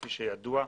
כפי שידוע,